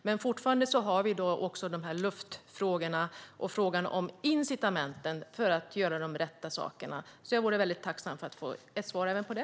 Men vi har fortfarande luftfrågorna och frågan om incitamenten för att göra de rätta sakerna. Jag vore väldigt tacksam för att få svar även på det.